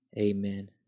Amen